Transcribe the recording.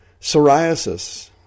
Psoriasis